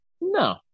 No